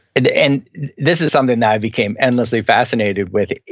and and this is something that i became endlessly fascinated with.